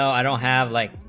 so and all have like